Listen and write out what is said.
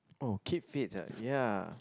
oh keep fit ah ya